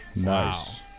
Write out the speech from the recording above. Nice